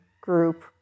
group